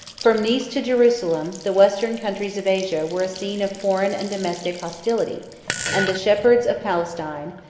from nice to jerusalem, the western countries of asia were a scene of foreign and domestic hostility and the shepherds of palestine,